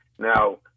Now